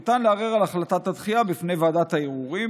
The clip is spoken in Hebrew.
ניתן לערער על החלטת הדחייה בפני ועדת הערעורים